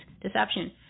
deception